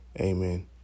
Amen